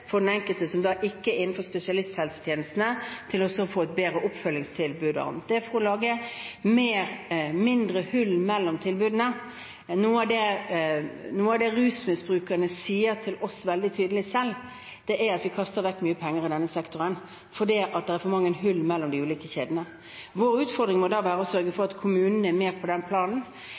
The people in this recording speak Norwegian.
å få et bedre oppfølgingstilbud og annet, og for å lage mindre hull mellom tilbudene. Noe av det rusmisbrukerne selv sier til oss veldig tydelig, er at vi kaster vekk mye penger på denne sektoren fordi det er for mange hull mellom de ulike kjedene. Vår utfordring må da være å sørge for at kommunene er med på den planen.